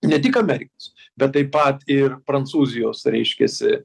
ne tik amerikos bet taip pat ir prancūzijos reiškiasi